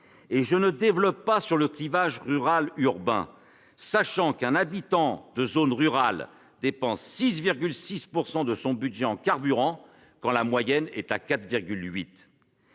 Je ne développe pas sur le clivage rural-urbain, sachant qu'un habitant de zone rurale dépense 6,6 % de son budget en carburant quand la moyenne est à 4,8